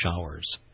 showers